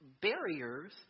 barriers